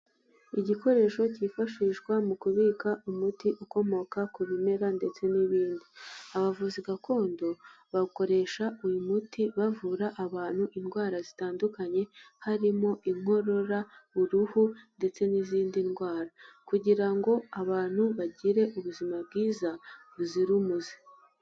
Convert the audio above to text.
Igikoresho cyifashishwa mu kubika umuti ukomoka ku bimera ndetse n'ibindi abavuzi gakondo bakoresha uyu muti bavura abantu indwara zitandukanye harimo inkorora, uruhu ndetse n'izindi ndwara kugira ngo abantu bagire ubuzima bwiza buzira umuze.